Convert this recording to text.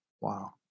Wow